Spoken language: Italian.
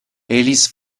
alice